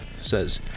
says